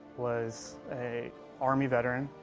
was a army veteran,